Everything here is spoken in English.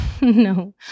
No